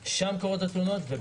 הנורמטיבי.